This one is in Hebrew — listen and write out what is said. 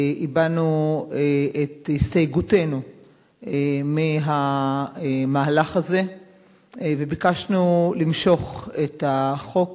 הבענו את הסתייגותנו מהמהלך הזה וביקשנו למשוך את החוק